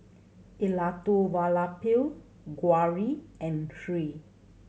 Elattuvalapil Gauri and Hri